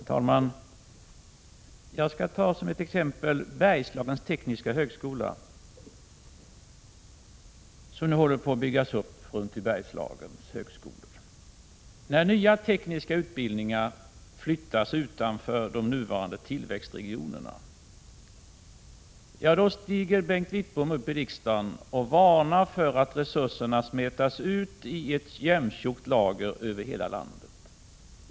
Herr talman! Jag skall ta som ett exempel Bergslagens tekniska högskola, som nu håller på att byggas upp. När nya tekniska utbildningar flyttas utanför de nuvarande tillväxtregionerna stiger Bengt Wittbom upp i riksdagen och varnar för att resurserna smetas ut i ett jämntjockt lager över hela landet.